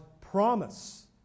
promise